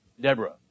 Deborah